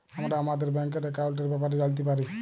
আমরা আমাদের ব্যাংকের একাউলটের ব্যাপারে জালতে পারি